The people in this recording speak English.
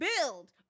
build